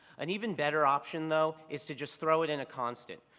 an even better option though is to just throw it in a constant.